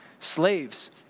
Slaves